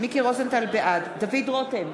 בעד דוד רותם,